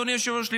אדוני היושב-ראש,